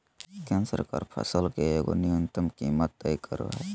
केंद्र सरकार फसल के एगो न्यूनतम कीमत तय करो हइ